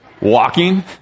Walking